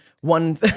one